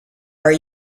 are